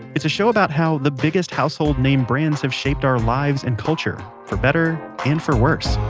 it's a show about how the biggest household name brands have shaped our lives and culture, for better and for worse.